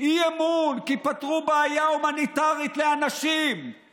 לא אפשרתי לאף אחד להפריע לך.